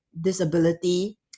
disability